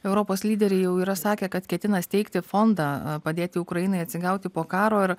europos lyderiai jau yra sakę kad ketina steigti fondą padėti ukrainai atsigauti po karo ir